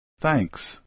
Thanks